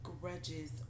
grudges